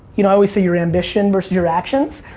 you know i always say your ambition versus your actions.